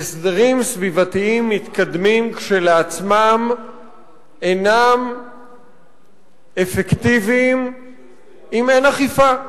שהסדרים סביבתיים מתקדמים כשלעצמם אינם אפקטיביים אם אין אכיפה.